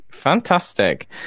Fantastic